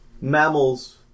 Mammals